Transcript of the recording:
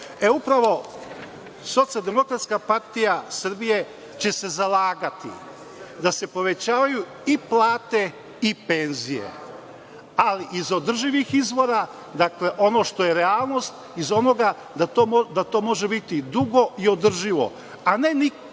delu. Upravo Socijaldemokratska partija Srbije će se zalagati da se povećavaju i plate i penzije, ali iz održivih izvora, dakle, ono što je realnost, iz onoga da to može biti dugo i održivo, a ne nekakvim